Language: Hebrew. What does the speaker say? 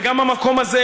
וגם במקום הזה,